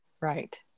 Right